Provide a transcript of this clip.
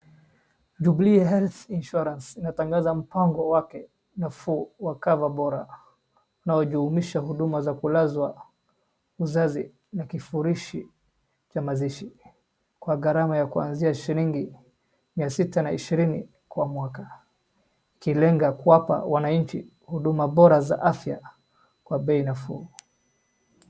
Jubilee Health Insurance inatangaza mpango wake nafuu wa cover bora unaojumuisha huduma za kulazwa, uzazi na kifurushi cha mazishi kwa gharama ya kuanzia shilingi mia sita na ishirini kwa mwaka. Inalenga kuwapa wananchi huduma bora za afya kwa bei nafuu.